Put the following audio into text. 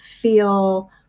feel